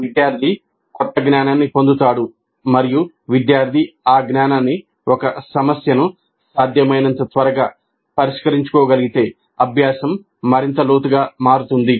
విద్యార్థి కొత్త జ్ఞానాన్ని పొందుతాడు మరియు విద్యార్థి ఆ జ్ఞానాన్ని ఒక సమస్యను సాధ్యమైనంత త్వరగా పరిష్కరించుకోగలిగితే అభ్యాసం మరింత లోతుగా మారుతుంది